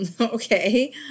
Okay